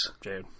Jade